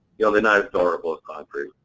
yeah they're not as durable as concrete.